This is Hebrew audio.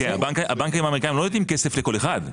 הבנקים האמריקאיים לא נותנים כסף לכל אחד.